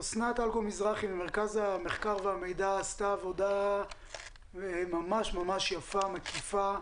אסנת אלגום מזרחי ממרכז המחקר והמידע עשתה עבודה ממש יפה ומקיפה,